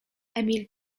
emil